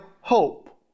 hope